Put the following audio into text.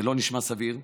זה לא נשמע סביר.